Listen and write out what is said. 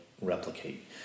replicate